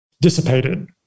dissipated